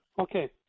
okay